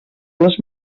les